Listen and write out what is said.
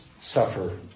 suffer